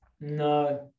No